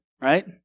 right